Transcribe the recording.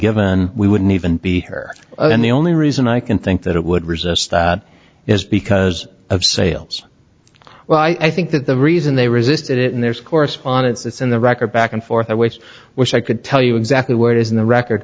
given we wouldn't even be here and the only reason i can think that it would resist is because of sales well i think that the reason they resisted it and there's correspondence it's in the record back and forth awaits wish i could tell you exactly where it is in the record